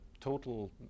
total